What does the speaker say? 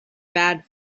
bad